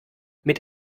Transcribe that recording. mit